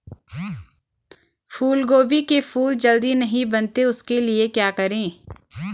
फूलगोभी के फूल जल्दी नहीं बनते उसके लिए क्या करें?